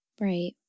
Right